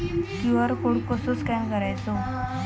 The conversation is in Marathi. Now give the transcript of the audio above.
क्यू.आर कोड कसो स्कॅन करायचो?